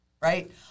Right